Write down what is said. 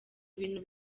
ibintu